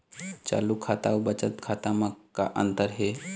चालू खाता अउ बचत खाता म का अंतर हे?